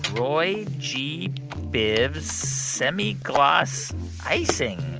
roy g biv semigloss icing.